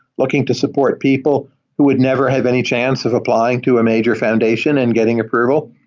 looking to support people who would never have any chance of applying to a major foundation and getting approval.